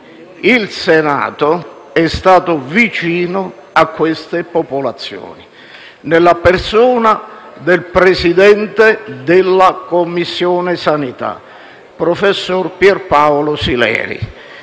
il Senato è stato vicino a queste popolazioni nella persona del presidente della Commissione igiene e sanità, professor Pierpaolo Sileri.